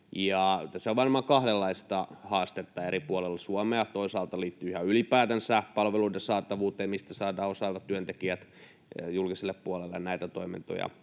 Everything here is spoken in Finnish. tässä on varmaan kahdenlaista haastetta eri puolella Suomea, toisaalta liittyen ihan ylipäätänsä palveluiden saatavuuteen — mistä saadaan osaavat työntekijät julkiselle puolelle näitä toimintoja